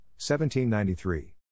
1793